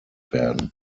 werden